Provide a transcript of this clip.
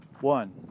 One